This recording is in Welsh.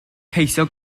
ceisio